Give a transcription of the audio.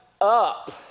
up